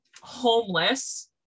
homeless